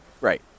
right